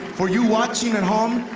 for you watching at home,